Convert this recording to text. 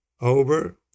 over